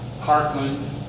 parkland